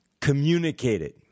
communicated